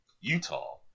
Utah